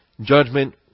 Judgment